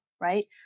right